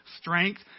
strength